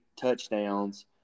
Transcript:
touchdowns